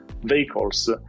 vehicles